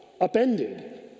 upended